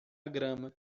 grama